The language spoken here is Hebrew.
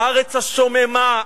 הארץ השוממה,